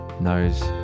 knows